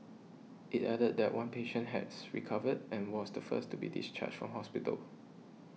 it added that one patient has recovered and was the first to be discharged from hospital